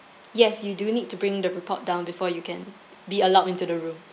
yes you do need to bring the report down before you can be allowed into the room